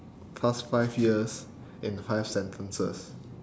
past five years in five sentences